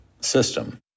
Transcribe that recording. system